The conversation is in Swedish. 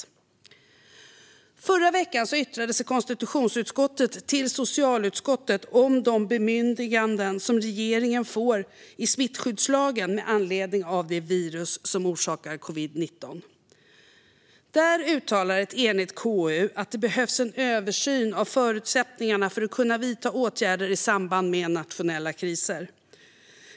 I förra veckan yttrade sig konstitutionsutskottet till socialutskottet om de bemyndiganden som regeringen får i smittskyddslagen med anledning av det virus som orsakar covid-19. Där uttalade ett enigt KU att det behövs en översyn av förutsättningarna för att vidta åtgärder i samband med nationella kriser.